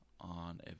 on